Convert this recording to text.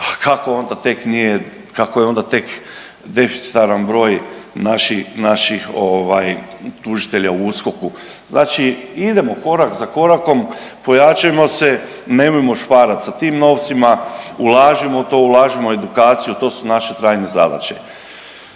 kako onda tek nije, kako je onda tek deficitaran broj naših tužitelja u USKOK-u. Znači, idemo korak za korakom, pojačajmo se. Nemojmo šparati sa tim novcima. Ulažimo u to, ulažimo u edukaciju to su naše trajne zadaće.